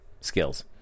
skills